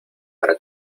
para